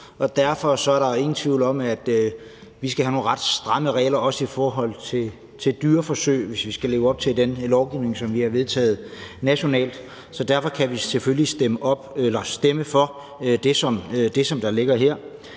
derfor er der ingen tvivl om, at vi skal have nogle ret stramme regler, også i forhold til dyreforsøg, hvis vi skal leve op til den lovgivning, som vi har vedtaget nationalt. Derfor kan vi selvfølgelig stemme for det, som der ligger her.